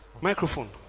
microphone